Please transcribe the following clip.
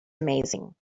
amazing